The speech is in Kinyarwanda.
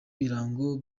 birango